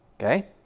Okay